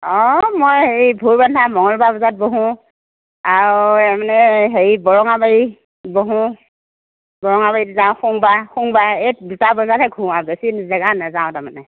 অ মই হেৰি বন্ধা মংগলবাৰ বজাৰত বহোঁ আৰু এই মানে হেৰি বৰঙাবাৰীত বহোঁ বৰঙাবাৰীত যাওঁ সোমবাৰ সোমবাৰে এই দুটা বজাতহে ঘূৰোঁ আৰু বেছি জেগাত নেযাওঁ তাৰমানে